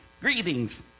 Greetings